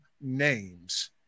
names